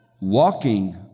walking